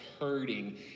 hurting